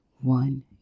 one